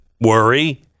worry